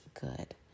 Good